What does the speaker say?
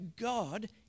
God